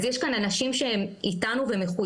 אז יש כאן אנשים שהם איתנו ומחויבים,